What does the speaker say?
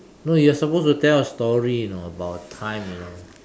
no you are supposed to tell a story you know about a time you know